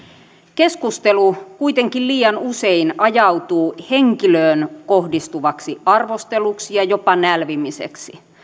keskustelu kuitenkin liian usein ajautuu henkilöön kohdistuvaksi arvosteluksi ja jopa nälvimiseksi